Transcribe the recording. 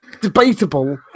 debatable